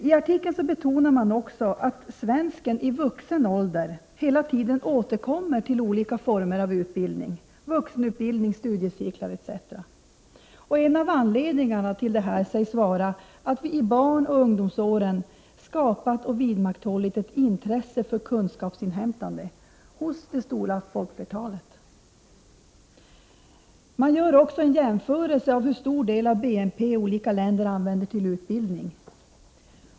I artikeln betonas att svensken i vuxen ålder hela tiden återkommer till olika former av utbildning: vuxenutbildning, studiecirklar etc. En av anledningarna till detta sägs vara att vi i barnoch ungdomsåren skapat och vidmakthållit ett intresse för kunskapsinhämtande hos det stora folkflertalet. Man gör också en jämförelse beträffande hur stor del av BNP olika länder använder till utbildning.